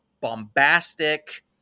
bombastic